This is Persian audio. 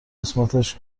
قسمتش